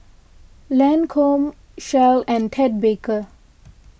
Lancome Shell and Ted Baker